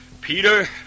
Peter